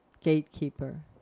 Gatekeeper